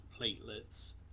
platelets